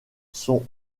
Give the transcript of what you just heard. sont